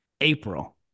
April